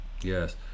Yes